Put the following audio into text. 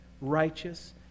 righteous